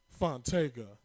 Fontega